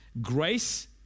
grace